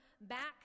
back